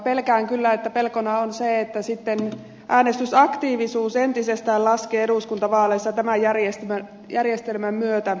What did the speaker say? pelkään kyllä että pelkona on se että sitten äänestysaktiivisuus entisestään laskee eduskuntavaaleissa tämän järjestelmän myötä